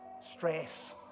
stress